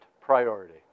priority